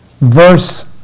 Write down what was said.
Verse